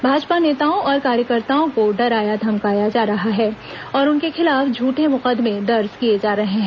भाजपा नेताओं और कार्यकर्ताओं को डराया धमकाया जा रहा है और उनके खिलाफ झूठे मुकदमे दर्ज किए जा रहे हैं